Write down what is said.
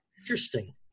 Interesting